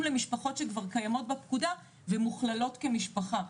למשפחות שכבר קיימות בפקודה ומוכללות כמשפחה,